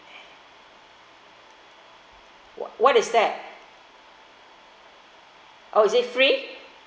what what is that oh is it free